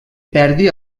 perdi